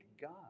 God